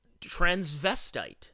transvestite